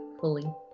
fully